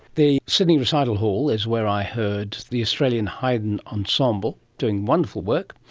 the city recital hall is where i heard the australian haydn ensemble doing wonderful work.